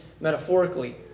metaphorically